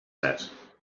set